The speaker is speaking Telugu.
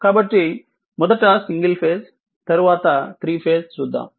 కాబట్టి మొదట సింగిల్ ఫేజ్ తరువాత 3 ఫేజ్ చూద్దాము